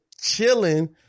chilling